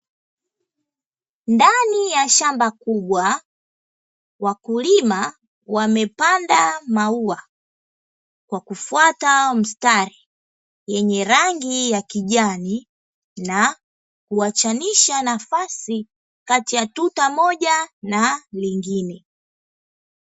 Ndani ya shamba kubwa wakulima wamepanda maua kwa kufuata mstari yenye rangi ya kijani na kuachanisha nafasi kati ya tuta moja na lingine.